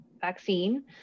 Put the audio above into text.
vaccine